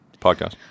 Podcast